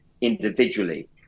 individually